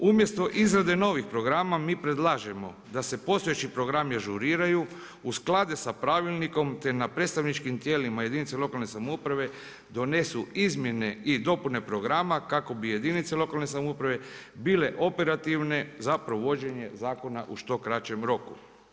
Umjesto izrade novih programa mi predlažemo da se postojeći programi ažuriraju, usklade sa pravilnikom te na predstavničkim tijelima jedinica lokalne samouprave donesu izmjene i dopune programa kako bi jedinice lokalne samouprave bile operativne za provođenje zakona u što kraćem roku.